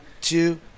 two